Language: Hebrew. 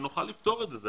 שנוכל לפתור את זה.